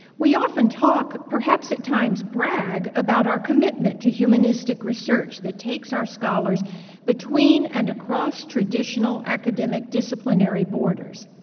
we often talk, perhaps at times brag, about our commitment to humanistic research that takes our scholars between and across traditional academic disciplinary borders.